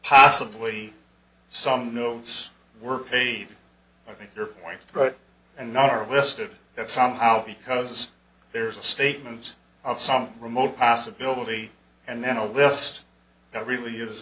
possibly some notes were paid i think your point throat and not are listed that somehow because there's a statement of some remote possibility and then a list that really is